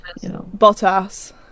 Bottas